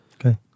Okay